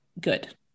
good